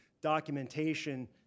documentation